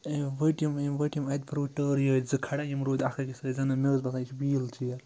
أمۍ ؤٹۍ یم ؤٹۍ اَتہِ روٗد ٹٲری یٲتۍ زٕ کھڑا یِم روٗد اَکھ أکِس سۭتۍ زَن مےٚ ٲسۍ بسان یہِ ویٖل چیر